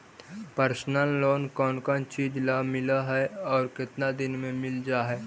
Personal loan कोन कोन चिज ल मिल है और केतना दिन में मिल जा है?